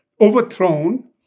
overthrown